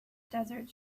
desert